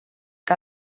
que